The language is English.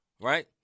right